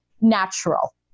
natural